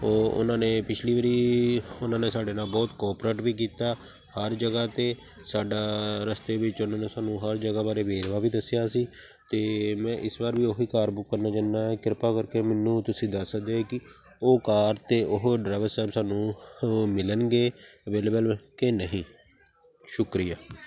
ਉਹ ਉਨ੍ਹਾਂ ਨੇ ਪਿਛਲੀ ਵਾਰੀ ਉਹਨਾਂ ਨੇ ਸਾਡੇ ਨਾਲ ਬਹੁਤ ਕੋਪਰੇਟ ਵੀ ਕੀਤਾ ਹਰ ਜਗ੍ਹਾ 'ਤੇ ਸਾਡਾ ਰਸਤੇ ਵਿੱਚ ਉਹਨਾਂ ਨੇ ਸਾਨੂੰ ਹਰ ਜਗ੍ਹਾ ਬਾਰੇ ਵੇਰਵਾ ਵੀ ਦੱਸਿਆ ਸੀ ਅਤੇ ਮੈਂ ਇਸ ਵਾਰ ਵੀ ਉਹੀ ਕਾਰ ਬੁੱਕ ਕਰਨਾ ਚਾਹੁੰਦਾ ਕਿਰਪਾ ਕਰਕੇ ਮੈਨੂੰ ਤੁਸੀਂ ਦੱਸ ਸਕਦੇ ਕਿ ਉਹ ਕਾਰ ਅਤੇ ਉਹ ਡਰਾਈਵਰ ਸਾਹਿਬ ਸਾਨੂੰ ਮਿਲਣਗੇ ਅਵੇਲੇਬਲ ਕਿ ਨਹੀਂ ਸ਼ੁਕਰੀਆ